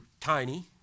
tiny